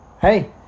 Hey